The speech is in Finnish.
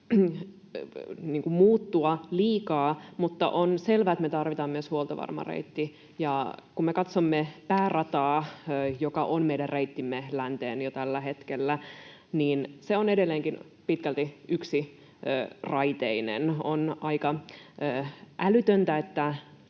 muuttua liikaa, mutta on selvää, että me tarvitaan myös huoltovarma reitti. Ja kun me katsomme päärataa, joka on meidän reittimme länteen jo tällä hetkellä, niin se on edelleenkin pitkälti yksiraiteinen. On aika älytöntä, että